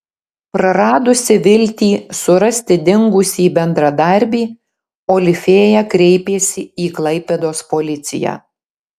praradusi viltį surasti dingusį bendradarbį olifėja kreipėsi į klaipėdos policiją